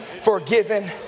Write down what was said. forgiven